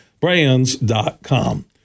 Brands.com